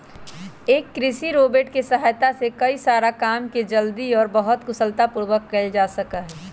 एक कृषि रोबोट के सहायता से कई सारा काम के जल्दी और बहुत कुशलता पूर्वक कइल जा सका हई